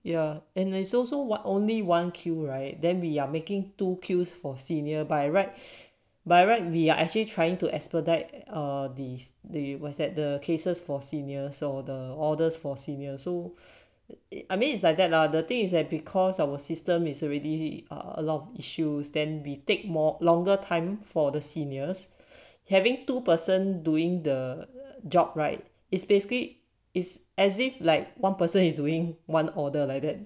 yeah and it's also what only one queue right then we are making two queue for senior by right by right we are actually trying to expedite this they was set the cases for seniors or the orders for seniors so I mean it's like that lah the thing is that because our system is already a lot of issues then we take more longer time for the seniors having two person doing the job right it's basically it's as if like one person is doing one order like that